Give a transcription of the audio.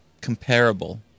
comparable